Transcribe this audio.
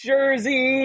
Jersey